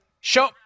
Show